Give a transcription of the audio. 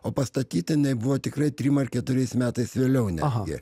o pastatyta jinai buvo tikrai trim ar keturiais metais vėliau netgi